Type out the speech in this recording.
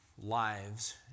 lives